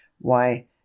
Why